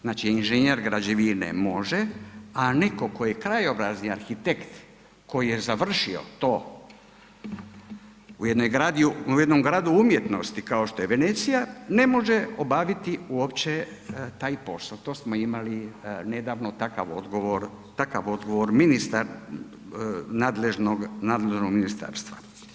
Znače inženjer građevine može, a netko tko je krajobrazni arhitekt koji je završio to u jednom gradu umjetnosti kao što je Venecija, ne može obaviti uopće taj posao, to smo imali nedavno takav odgovor ministar nadležnog ministarstva.